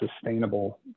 sustainable